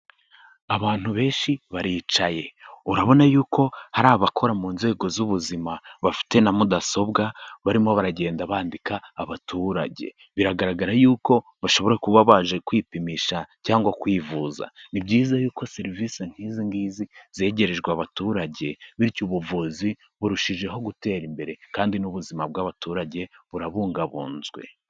Abantu benshi baricaye. Urabona y'uko hari abakora mu nzego z'ubuzima bafite na mudasobwa, barimo baragenda bandika abaturage. Biragaragara y'uko bashobora kuba baje kwipimisha cyangwa kwivuza. Ni byiza y'uko serivisi nk'izi ngizi zegerejwe abaturage bityo ubuvuzi burushijeho gutera imbere kandi n'ubuzima bw'abaturage burabungabunzwe.